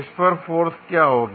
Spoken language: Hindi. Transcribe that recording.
इस पर फोर्स क्या होगा